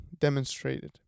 demonstrated